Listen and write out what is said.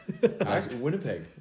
Winnipeg